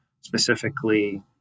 specifically